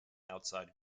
outside